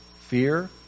Fear